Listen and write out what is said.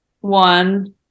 one